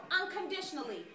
unconditionally